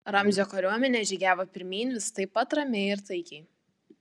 ramzio kariuomenė žygiavo pirmyn vis taip pat ramiai ir taikiai